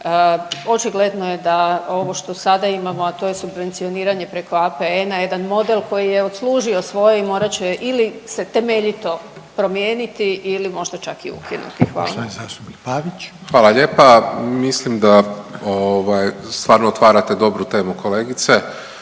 očigledno je da ovo što sada imamo a to je subvencioniranje preko APN-a, jedan model koji je odslužio svoje i morat će ili se temeljito promijeniti ili možda čak i ukinuti. Hvala. **Reiner, Željko (HDZ)** Poštovani zastupnik Pavić.